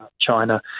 China